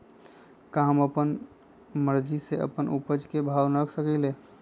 का हम अपना मर्जी से अपना उपज के भाव न रख सकींले?